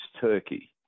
Turkey